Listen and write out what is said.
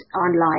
online